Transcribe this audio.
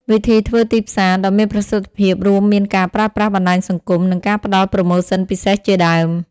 វិធីធ្វើទីផ្សារដ៏មានប្រសិទ្ធភាពរួមមានការប្រើប្រាស់បណ្ដាញសង្គម និងការផ្ដល់ប្រូម៉ូសិនពិសេសជាដើម។